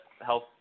health